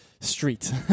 street